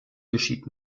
geschieht